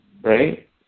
right